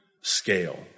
scale